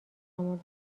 مورد